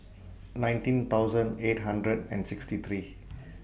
nineteen thousand eight hundred and sixty three